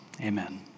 Amen